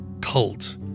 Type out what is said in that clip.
cult